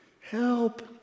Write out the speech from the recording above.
help